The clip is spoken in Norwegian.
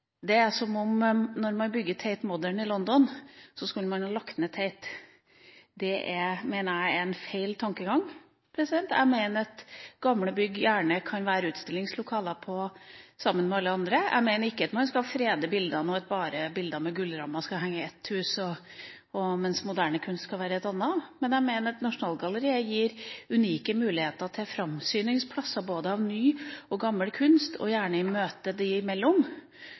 Det er som om man da man bygde Tate Modern i London, skulle ha lagt ned Tate. Det mener jeg er en feil tankegang. Jeg mener at gamle bygg gjerne kan være utstillingslokaler sammen med alle andre. Jeg mener ikke at man skal frede bilder, slik at bare bilder med gullrammer skal henge i ett hus, mens moderne kunst skal være i et annet. Men Nasjonalgalleriet gir unike muligheter til framsyningsplass – både av ny og gammel kunst, og gjerne i møte dem imellom